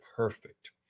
perfect